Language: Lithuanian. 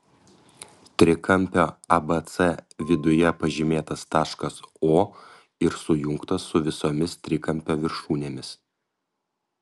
trikampio abc viduje pažymėtas taškas o ir sujungtas su visomis trikampio viršūnėmis